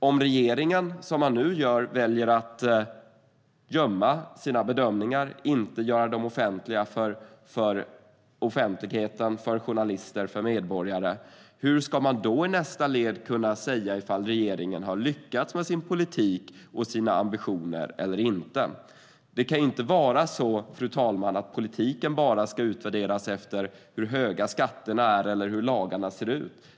Om regeringen väljer att gömma sina bedömningar - vilket den nu gör - för journalister och medborgare, hur ska man då i nästa led kunna säga ifall regeringen har lyckats med sin politik och sina ambitioner eller inte? Politiken ska inte bara utvärderas efter hur höga skatterna är eller hur lagarna ser ut.